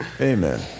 Amen